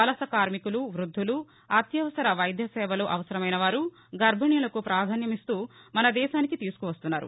వలస కార్మికులు వృద్దులు అత్యవసర వైద్యసేవలు అవసరమైనవారు గర్బిణులకు ప్రధాన్యమిస్తూ మన దేశానికి తీసుకువస్తున్నారు